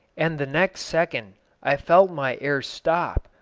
and the next second i felt my air stop,